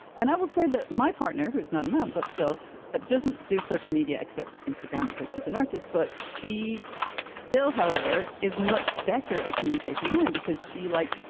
and i will say that my partner, who is not a man but still but doesn't do social media except instagram because she's an artist, but she still, however, is much. better communication than i am because she, like,